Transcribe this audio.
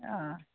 অঁ